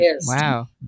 Wow